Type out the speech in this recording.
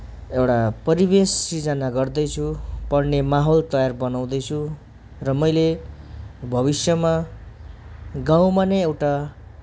एउटा परिवेश सृजना गर्दैछु पढने माहोल तयार बनाउँदैछु र मैले भविष्यमा गाउँमा नै एउटा